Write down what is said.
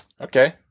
Okay